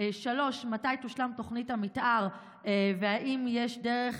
3. מתי תושלם תוכנית המתאר והאם יש דרך,